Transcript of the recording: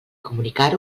comunicar